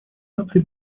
наций